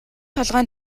толгой